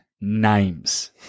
names